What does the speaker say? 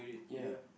ya